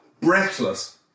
breathless